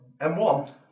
M1